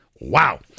Wow